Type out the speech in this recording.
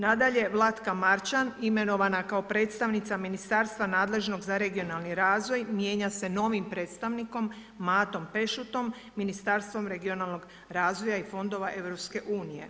Nadalje, Vlatka Marčan imenovana kao predstavnica ministarstva nadležnog za regionalni razvoj, mijenja se novim predstavnikom Matom Pešutom Ministarstvom regionalnog razvoja i fondova EU.